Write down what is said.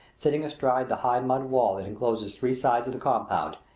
sitting astride the high mud wall that encloses three sides of the compound,